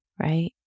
right